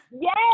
yes